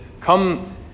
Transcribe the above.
come